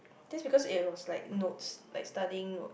just because it was like notes like studying notes